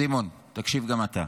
סימון, תקשיב גם אתה.